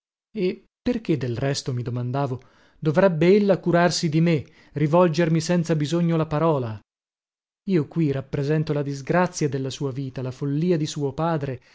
e perché del resto mi domandavo dovrebbe ella curarsi di me rivolgermi senza bisogno la parola io qui rappresento la disgrazia della sua vita la follia di suo padre